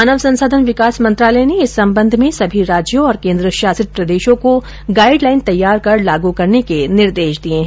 मानव संसाधन विकास मंत्रालय ने इस संबंध में सभी राज्यों और केन्द्र शासित प्रदेशों को गाईड लाईन तैयार कर लागू करने के निर्देश दिये है